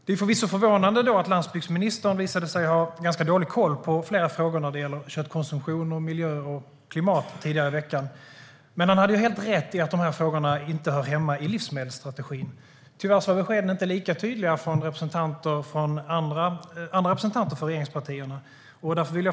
Det är förvisso förvånande att landsbygdsministern tidigare i veckan visade sig ha ganska dålig koll på flera frågor när det gäller köttkonsumtion, miljö och klimat. Men han hade helt rätt i att frågorna inte hör hemma i livsmedelsstrategin. Tyvärr var beskeden inte lika tydliga från andra representanter för regeringspartierna.